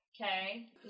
Okay